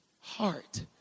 heart